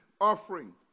offering